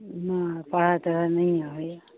नहि पढ़ाइ तढ़ाइ नहिए होइया